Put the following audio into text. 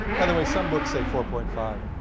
by the way, some books say four point five.